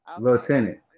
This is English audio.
Lieutenant